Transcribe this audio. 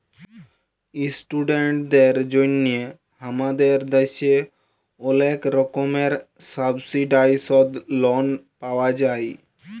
ইশটুডেন্টদের জন্হে হামাদের দ্যাশে ওলেক রকমের সাবসিডাইসদ লন পাওয়া যায়